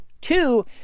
Two